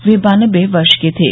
वे बान्नबे वर्ष के थे